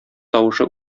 тавышы